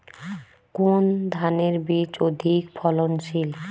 কোন ধানের বীজ অধিক ফলনশীল?